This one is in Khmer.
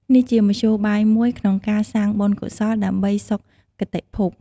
នេះជាមធ្យោបាយមួយក្នុងការសាងបុណ្យកុសលដើម្បីសុខគតិភព។